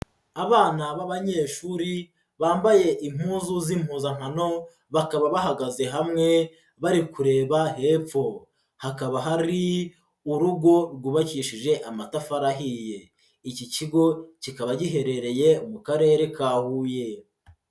Abana b'abanyeshuri, bambaye impuzu z'impuzankano, bakaba bahagaze hamwe, bari kureba hepfo, hakaba hari urugo rwubakishije amatafari ahiye, iki kigo kikaba giherereye mu karere ka Huye.